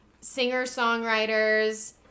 singer-songwriters